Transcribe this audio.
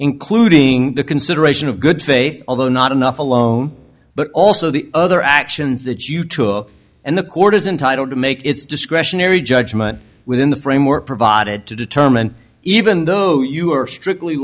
including the consideration of good faith although not enough alone but also the other actions that you took and the court is entitle to make its discretionary judgement within the framework provided to determine even though you are strictly